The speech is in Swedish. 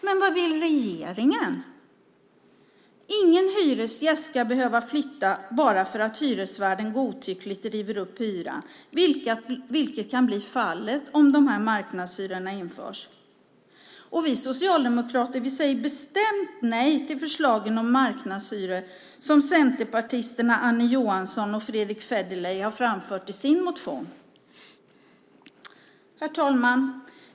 Men vad vill regeringen? Ingen hyresgäst ska behöva flytta bara för att hyresvärden godtyckligt driver upp hyran, vilket kan bli fallet om dessa marknadshyror införs. Vi socialdemokrater säger bestämt nej till förslagen om marknadshyror som centerpartisterna Annie Johansson och Fredrick Federley har framfört i sin motion. Herr talman!